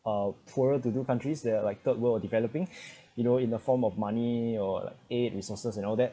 a poorer to do countries they are like third world of developing you know in the form of money or like aid resources and all that